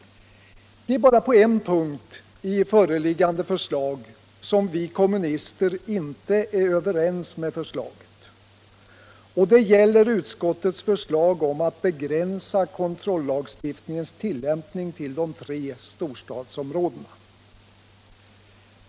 Det är bara på en punkt som vi kommunister inte instämmer i föreliggande utskottsförslag, nämligen när det gäller att begränsa kontrolllagstiftningens tillämpning till de tre storstadsområdena.